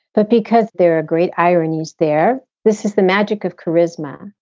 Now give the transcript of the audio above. but because there are great ironies there this is the magic of charisma.